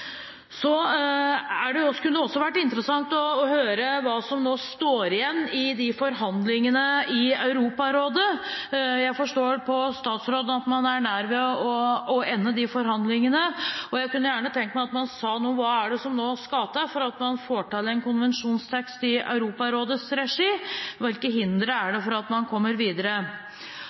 Det kunne også vært interessant å høre hva som nå står igjen i forhandlingene i Europarådet. Jeg forstår på statsråden at man er nær ved å ende de forhandlingene, og jeg kunne gjerne tenkt meg at man sa noe om hva som nå skal til for at man får til en konvensjonstekst i Europarådets regi, og hvilke hindre det er for at man kommer videre.